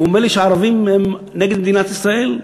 הוא אומר לי שערבים הם נגד מדינת ישראל?